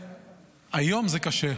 היום זה קשה,